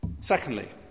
Secondly